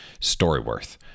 StoryWorth